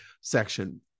section